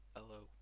Hello